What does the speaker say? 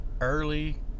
early